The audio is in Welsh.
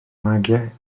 magiau